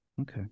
okay